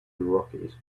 rockies